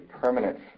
permanent